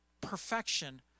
perfection